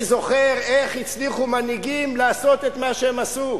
אני זוכר איך הצליחו מנהיגים לעשות את מה שהם עשו.